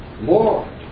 more